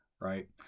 Right